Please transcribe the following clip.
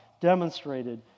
demonstrated